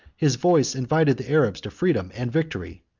his voice invited the arabs to freedom and victory,